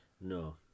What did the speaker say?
No